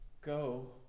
go